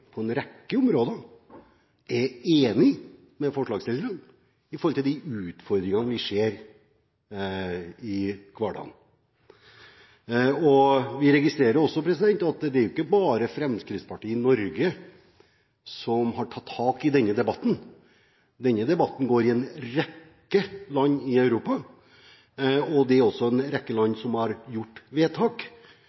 på en rekke områder er enig med forslagsstillerne når det gjelder de utfordringene vi ser i hverdagen. Vi registrerer også at det ikke bare er Fremskrittspartiet i Norge som har tatt tak i denne debatten. Denne debatten går i en rekke land i Europa, og det er også en rekke land